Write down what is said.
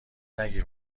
نگیر